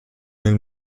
nel